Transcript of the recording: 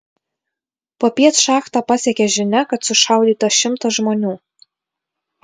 popiet šachtą pasiekė žinia kad sušaudyta šimtas žmonių